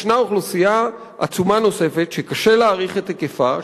ישנה אוכלוסייה עצומה נוספת שקשה להעריך את היקפה,